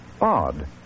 Odd